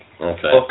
Okay